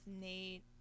Nate